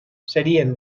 serien